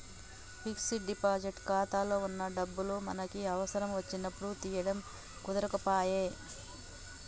fixed deposit ఖాతాలో వున్న డబ్బులు మనకి అవసరం వచ్చినప్పుడు తీయడం కుదరకపాయె